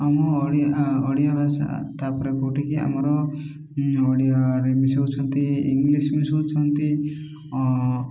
ଆମ ଓଡ଼ିଆ ଭାଷା ତା'ପରେ କେଉଁଠିକି ଆମର ଓଡ଼ିଆରେ ମିଶୋଉଛନ୍ତି ଇଂଲିଶ ମିଶୋଉଛନ୍ତି